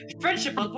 Friendship